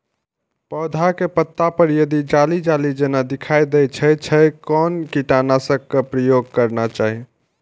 पोधा के पत्ता पर यदि जाली जाली जेना दिखाई दै छै छै कोन कीटनाशक के प्रयोग करना चाही?